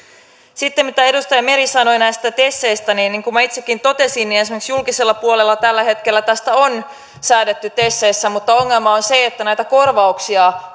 sitten mitä edustaja meri sanoi näistä teseistä niin niin kuin minä itsekin totesin esimerkiksi julkisella puolella tästä on tällä hetkellä säädetty teseissä mutta ongelma on se että näitä korvauksia